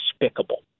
despicable